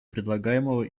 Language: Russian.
предлагаемого